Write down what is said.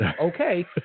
Okay